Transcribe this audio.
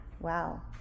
wow